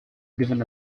given